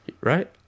Right